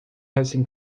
recém